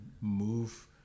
move